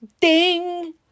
ding